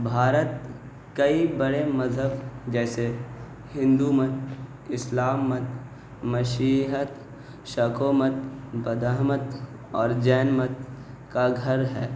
بھارت کئی بڑے مذہب جیسے ہندو مت اسلام مت مشحت شخ و مت بدح مت اور جین مت کا گھر ہے